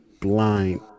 blind